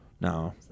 No